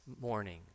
morning